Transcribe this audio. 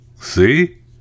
See